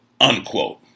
unquote